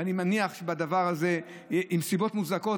ואני מניח שבדבר הזה עם סיבות מוצדקות,